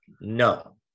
no